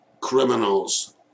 criminals